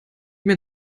mir